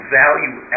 value